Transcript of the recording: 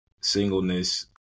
singleness